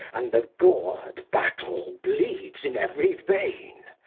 and the goar'd battle bleeds in every vein.